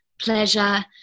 pleasure